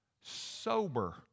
sober